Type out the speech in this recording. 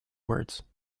words